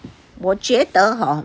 我觉得 hor